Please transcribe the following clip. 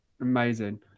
amazing